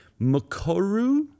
Makuru